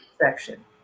section